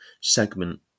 segment